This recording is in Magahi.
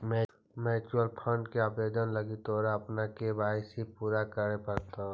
म्यूचूअल फंड के आवेदन लागी तोरा अपन के.वाई.सी पूरा करे पड़तो